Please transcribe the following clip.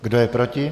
Kdo je proti?